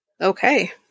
Okay